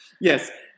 Yes